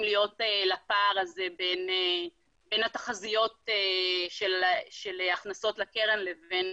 להיות לפער הזה בין התחזיות של הכנסות לקרן לבין